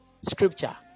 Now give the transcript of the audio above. scripture